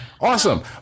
Awesome